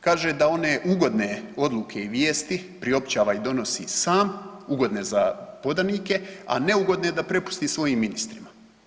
Kaže da one ugodne odluke i vijesti priopćava i donosi sam, ugodne za podanike, a neugodne da prepusti svojim ministrima.